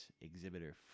exhibitor